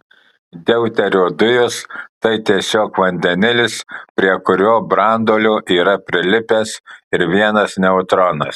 deuterio dujos tai tiesiog vandenilis prie kurio branduolio yra prilipęs ir vienas neutronas